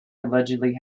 allegedly